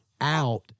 out